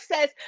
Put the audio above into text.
says